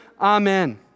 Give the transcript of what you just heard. Amen